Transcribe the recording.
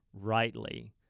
rightly